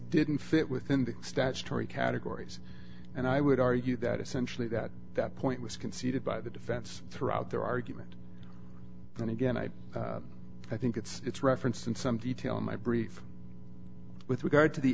didn't fit within the statutory categories and i would argue that essentially that that point was conceded by the defense throughout their argument and again i i think it's referenced in some detail in my brief with regard to the